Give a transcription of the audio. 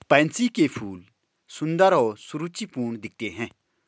pansy के फूल सुंदर और सुरुचिपूर्ण दिखते हैं